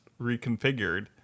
reconfigured